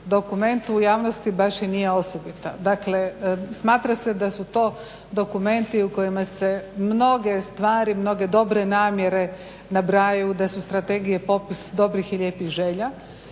dokumentu u javnosti baš i nije osobita. Dakle smatra se da su to dokumenti u kojima se mnoge stvari, mnoge dobre namjere nabrajaju, da su strategije popis dobrih i lijepih želja,